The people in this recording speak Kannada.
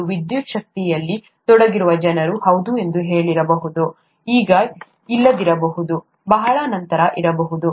ಮತ್ತು ವಿದ್ಯುಚ್ಛಕ್ತಿಯಲ್ಲಿ ತೊಡಗಿರುವ ಜನರು ಹೌದು ಎಂದು ಹೇಳಬಹುದು ಈಗ ಇಲ್ಲದಿರಬಹುದು ಬಹಳ ನಂತರ ಇರಬಹುದು